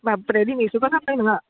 माब्रै दिनैसो हरबाय नोङो